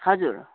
हजुर